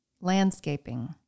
landscaping